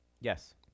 Yes